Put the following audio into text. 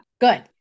good